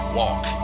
walk